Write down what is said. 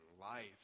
life